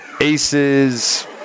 Aces